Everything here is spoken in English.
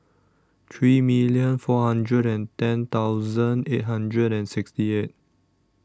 three million four hundred and ten thousand eight hundred and sixty eight